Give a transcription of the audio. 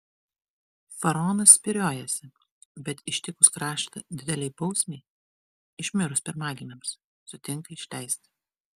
faraonas spyriojasi bet ištikus kraštą didelei bausmei išmirus pirmagimiams sutinka išleisti